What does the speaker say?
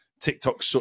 tiktok